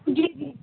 جی جی